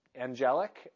angelic